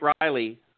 Riley